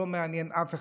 וזה לא מעניין אף אחד.